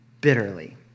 bitterly